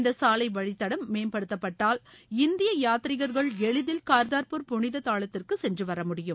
இந்த சாலை வழித்தடம் மேம்படுத்தப்பட்டால் இந்திய யாத்ரிகர்கள் எளிதில் கார்தார்பூர் புனித தளத்திற்கு சென்றுவர முடியும்